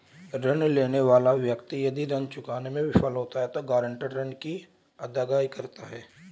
ऋण लेने वाला व्यक्ति यदि ऋण चुकाने में विफल होता है तो गारंटर ऋण की अदायगी करता है